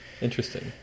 Interesting